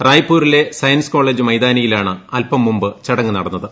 റായ്പൂരിലെ science college മൈതാനിയിലാണ് അല്പം മുൻപ് ചടങ്ങ് ിന്റടന്നത്